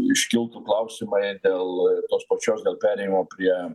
iškiltų klausimai dėl tos pačios dėl perėjimo prie